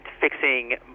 fixing